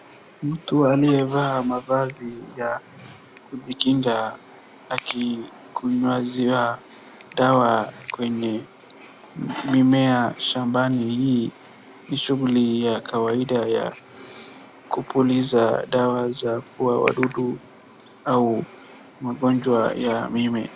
Mtu aliyevaa mavazi ya kujikinga akinyunyizia dawa kwenye mimea shambani. Hii ni shughuli ya kawaida ya kupuliza dawa za kuua wadudu au magonjwa ya mimea.